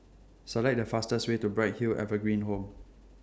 Select The fastest Way to Bright Hill Evergreen Home